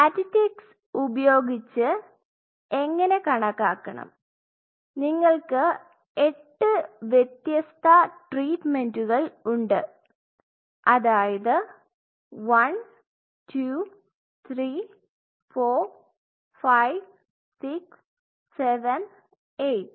statistics ഉപയോഗിച്ച് എങ്ങനെ കണക്കാക്കണം നിങ്ങൾക്ക് 8 വ്യത്യസ്ത ട്രീറ്റ്മെൻറ്കൾ ഉണ്ട് അതായത് 1 2 3 4 5 6 7 8